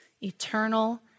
eternal